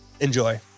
Enjoy